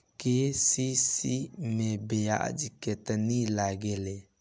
KCC मै ब्याज केतनि लागेला?